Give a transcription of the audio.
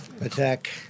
attack